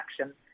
action